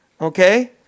Okay